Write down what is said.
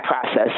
process